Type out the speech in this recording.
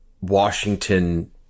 Washington